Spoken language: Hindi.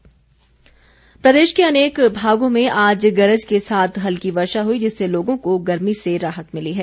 मौसम प्रदेश के अनेक भागों में आज गरज के साथ हल्की वर्षा हुई जिससे लोगों को गर्मी से राहत मिली है